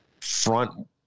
front